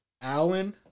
Allen